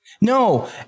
No